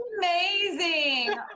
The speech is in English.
amazing